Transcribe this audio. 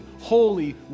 holy